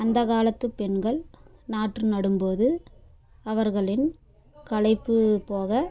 அந்த காலத்து பெண்கள் நாற்று நடும்போது அவர்களின் களைப்பு போக